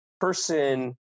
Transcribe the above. person